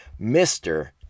Mr